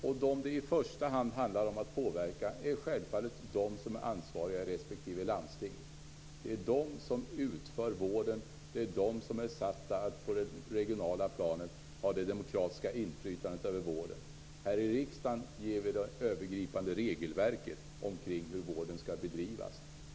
De som det i första hand handlar om att påverka är självfallet de som är ansvariga i respektive landsting. Det är landstingen som utför vården och som är satta att på det regionala planet ha det demokratiska inflytandet över vården. Här i riksdagen ger vi det övergripande regelverket för hur vården skall bedrivas.